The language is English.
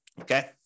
okay